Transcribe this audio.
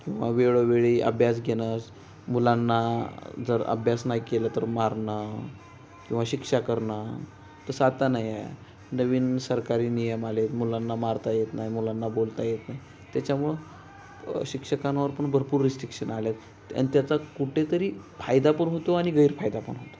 किंवा वेळोवेळी अभ्यास घेणंच मुलांना जर अभ्यास नाही केलं तर मारणं किंवा शिक्षा करणं तसं आता नाही आहे नवीन सरकारी नियम आले आहेत मुलांना मारता येत नाही मुलांना बोलता येत नाही त्याच्यामुळं शिक्षकांवर पण भरपूर रिश्टिक्षन आले आहेत आणि त्याचा कुठेतरी फायदा पण होतो आणि गैरफायदा पण होतो